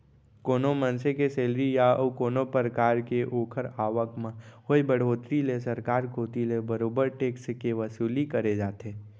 कोनो मनसे के सेलरी या अउ कोनो परकार के ओखर आवक म होय बड़होत्तरी ले सरकार कोती ले बरोबर टेक्स के वसूली करे जाथे